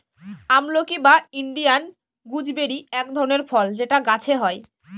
আমলকি বা Indian gooseberry এক ধরনের ফল যেটা গাছে হয়